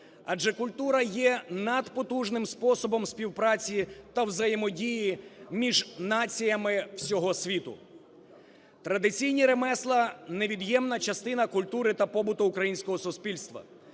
адже культура є надпотужним способом співпраці та взаємодії між націями всього світу. Традиційні ремесла – невід'ємна частина культури та побуту українського суспільства.